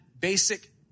basic